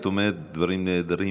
את אומרת דברים נהדרים,